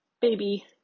baby